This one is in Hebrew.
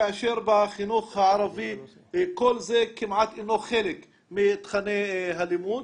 כאשר בחינוך הערבי כל זה כמעט אינו חלק מתכני הלימוד.